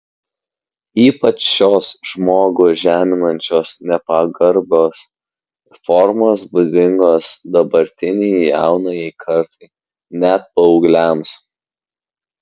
ypač šios žmogų žeminančios nepagarbos formos būdingos dabartinei jaunajai kartai net paaugliams